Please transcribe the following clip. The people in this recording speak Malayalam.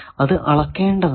അത് അളക്കേണ്ടതാണ്